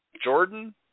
Jordan